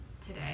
today